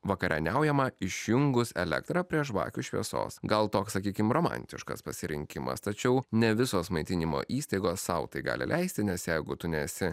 vakarieniaujama išjungus elektrą prie žvakių šviesos gal toks sakykime romantiškas pasirinkimas tačiau ne visos maitinimo įstaigos sau tai gali leisti nes jeigu tu nesi